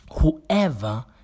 Whoever